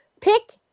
pick